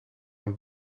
een